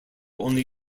only